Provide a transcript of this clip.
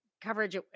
coverage